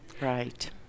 Right